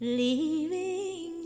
leaving